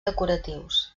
decoratius